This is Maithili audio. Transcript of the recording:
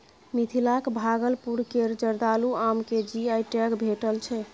मिथिलाक भागलपुर केर जर्दालु आम केँ जी.आई टैग भेटल छै